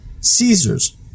Caesars